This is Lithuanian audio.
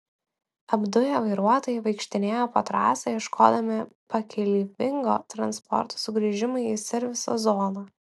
apduję vairuotojai vaikštinėjo po trasą ieškodami pakeleivingo transporto sugrįžimui į serviso zoną